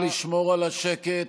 נא לשמור על השקט,